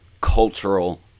cultural